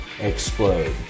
explode